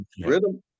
rhythm